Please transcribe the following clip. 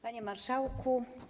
Panie Marszałku!